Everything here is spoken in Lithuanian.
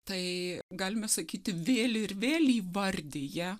tai galime sakyti vėl ir vėl įvardija